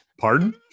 Pardon